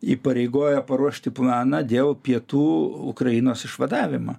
įpareigojo paruošti planą dėl pietų ukrainos išvadavimo